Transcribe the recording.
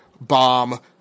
bomb